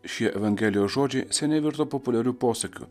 šie evangelijos žodžiai seniai virto populiariu posakiu